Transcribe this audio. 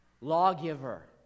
lawgiver